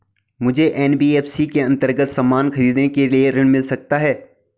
मुझे एन.बी.एफ.सी के अन्तर्गत सामान खरीदने के लिए ऋण मिल सकता है?